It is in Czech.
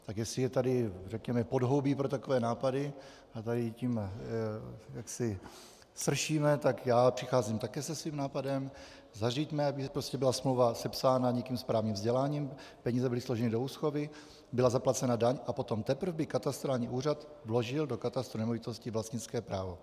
Tak jestli je tady, řekněme, podhoubí pro takové nápady a tady tím jaksi sršíme, tak já přicházím taky se svým nápadem: Zařiďme, aby smlouva byla sepsána někým s právním vzděláním, peníze byly složeny do úschovy, byla zaplacena daň, a teprve potom by katastrální úřad vložil do katastru nemovitostí vlastnické právo.